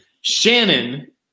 Shannon